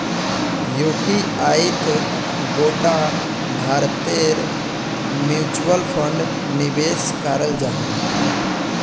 युटीआईत गोटा भारतेर म्यूच्यूअल फण्ड निवेश कराल जाहा